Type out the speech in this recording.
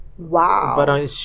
Wow